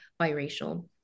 biracial